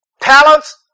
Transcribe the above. Talents